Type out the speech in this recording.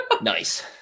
Nice